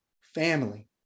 family